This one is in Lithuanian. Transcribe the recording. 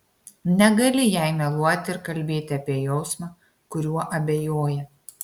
negali jai meluoti ir kalbėti apie jausmą kuriuo abejoja